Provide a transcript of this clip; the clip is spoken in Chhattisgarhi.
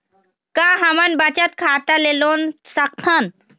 का हमन बचत खाता ले लोन सकथन?